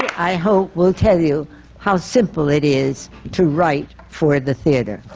i hope, will tell you how simple it is to write for the theatre.